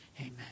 amen